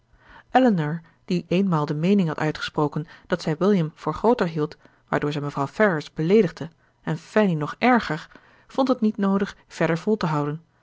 elinor die eenmaal de meening had uitgesproken dat zij william voor grooter hield waardoor ze mevrouw ferrars beleedigde en fanny nog erger vond het niet noodig verder vol te houden